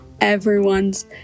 everyone's